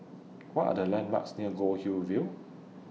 What Are The landmarks near Goldhill View